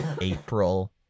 April